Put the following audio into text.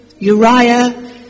Uriah